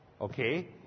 Okay